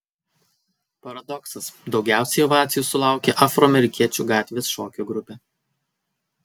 paradoksas daugiausiai ovacijų sulaukė afroamerikiečių gatvės šokio grupė